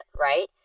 right